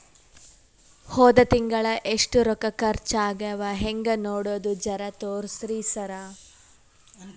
ಹೊದ ತಿಂಗಳ ಎಷ್ಟ ರೊಕ್ಕ ಖರ್ಚಾ ಆಗ್ಯಾವ ಹೆಂಗ ನೋಡದು ಜರಾ ತೋರ್ಸಿ ಸರಾ?